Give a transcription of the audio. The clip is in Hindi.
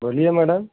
बोलिये मैडम